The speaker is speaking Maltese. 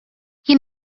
jien